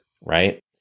right